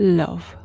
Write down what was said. love